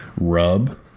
rub